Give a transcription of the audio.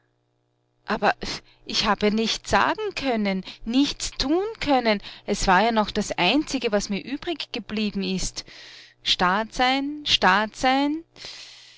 aber ich hab ja nichts sagen können nichts tun können es war ja noch das einzige was mir übrig geblieben ist stad sein stad sein